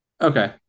Okay